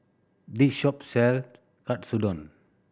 this shop sell Katsudon